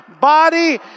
body